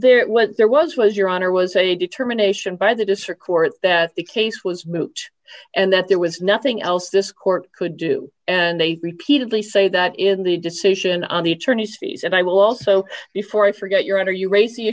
was there was was your honor was a determination by the district court that the case was moot and that there was nothing else this court could do and they repeatedly say that in the decision on the attorneys fees and i will also before i forget your honor you raise the